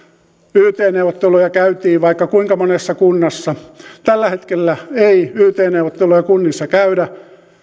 yt neuvotteluja käytiin vaikka kuinka monessa kunnassa tällä hetkellä ei yt neuvotteluja kunnissa käydä